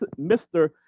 Mr